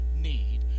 need